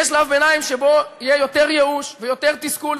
יש שלב ביניים שבו יהיו יותר ייאוש ויותר תסכול,